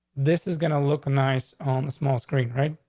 this is gonna look nice on the small screen, right?